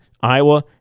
Iowa